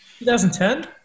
2010